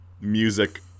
music